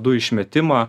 dujų išmetimą